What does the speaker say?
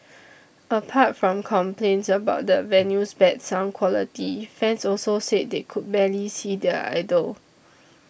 apart from complaints about the venue's bad sound quality fans also said they could barely see their idol